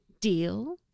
Deal